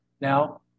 Now